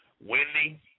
Wendy